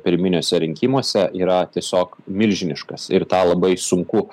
pirminiuose rinkimuose yra tiesiog milžiniškas ir tą labai sunku